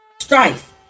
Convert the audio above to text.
Strife